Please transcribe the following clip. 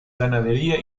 ganadería